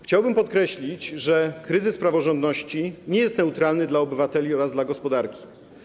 Chciałbym podkreślić, że kryzys praworządności nie jest neutralny dla obywateli oraz dla gospodarki.